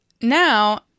now